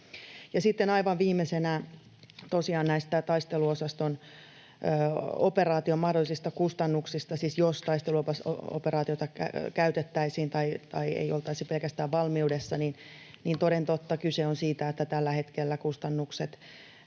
Sitten aivan viimeisenä tosiaan näistä taisteluosaston operaation mahdollisista kustannuksista, siis jos taisteluoperaatiota käytettäisiin tai ei oltaisi pelkästään valmiudessa. Toden totta kyse on siitä, että tällä hetkellä kustannukset